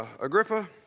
Agrippa